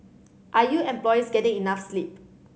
are your employees getting enough sleep